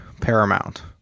paramount